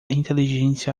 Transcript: inteligência